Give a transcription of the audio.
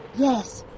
yes,